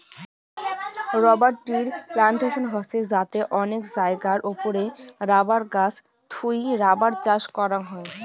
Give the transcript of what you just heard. rubber ট্রির plantation হসে যাতে অনেক জায়গার ওপরে রাবার গাছ থুই রাবার চাষ করাং হই